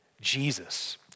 Jesus